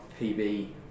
PB